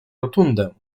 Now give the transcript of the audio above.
rotundę